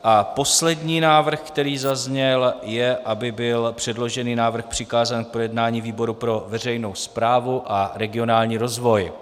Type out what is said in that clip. A poslední návrh, který zazněl, je, aby byl předložený návrh přikázán k projednání výboru pro veřejnou správu a regionální rozvoj.